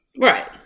Right